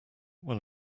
will